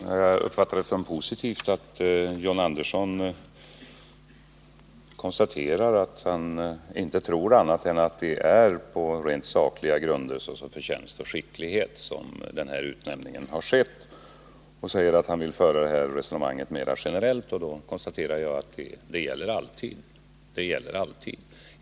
Herr talman! Jag uppfattar det som positivt att John Andersson inte tror annat än att det är på rent sakliga grunder, såsom förtjänst och skicklighet, som den här utnämningen har skett och att han vill föra det här resonemanget mera generellt. Jag konstaterar att tillsättningar alltid sker på sådana grunder.